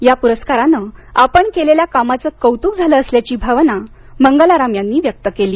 या पुरस्काराने आपण केलेल्या कामाचं कौतुक झालं असल्याची भावना मंगलाराम यांनी व्यक्त केली